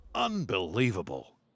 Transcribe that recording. Unbelievable